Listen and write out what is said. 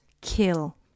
kill